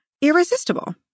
irresistible